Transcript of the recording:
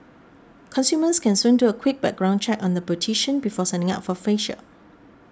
consumers can soon do a quick background check on their beautician before signing up for a facial